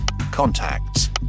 contacts